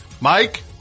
Mike